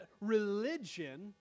religion